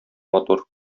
матур